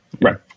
right